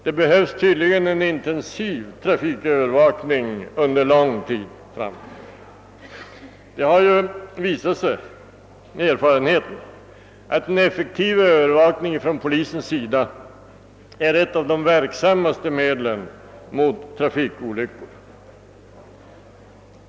Det behövs tydligen en intensiv trafikövervakning under lång tid framåt. Erfarenheten har visat att en effektiv polisövervakning är ett av de verksammaste medlen mot trafikolyckor.